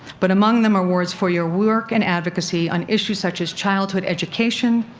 but among them are awards for your work and advocacy on issues such as childhood education,